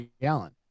gallon